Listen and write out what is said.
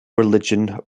religion